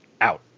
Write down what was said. out